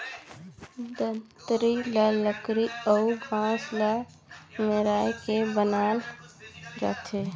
दँतरी ल लकरी अउ बांस ल मेराए के बनाल जाथे